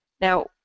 Now